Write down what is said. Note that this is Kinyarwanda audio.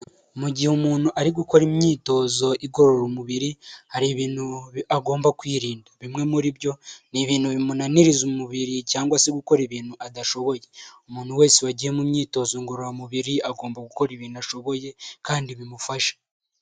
Mu gihe umuntu ari gukora imyitozo igorora umubiri hari ibintu agomba kwirinda bimwe muri byo ni ibintu bimunaniriza umubiri cyangwa se gukora ibintu adashoboye, umuntu wese wagiye mu myitozo ngororamubiri agomba gukora ibintu ashoboye kandi bimufasha.